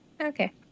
Okay